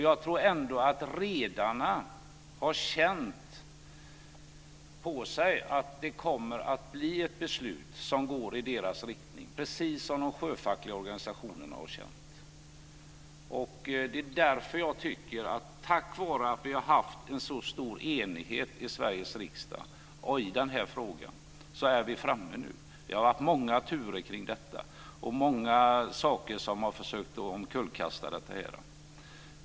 Jag tror ändå att redarna har känt på sig att det kommer att bli ett beslut som går i deras riktning, precis som de sjöfackliga organisationerna har gjort det. Tack vare att vi har haft en så stor enighet i Sveriges riksdag i denna fråga är vi framme nu. Det har varit många turer kring detta och många saker som man har försökt omkullkasta.